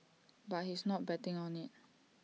but he's not betting on IT